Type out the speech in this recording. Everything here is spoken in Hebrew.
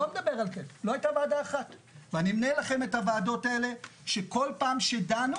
אני אמנה לכם את הוועדות האלה שכל פעם שדנו,